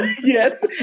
Yes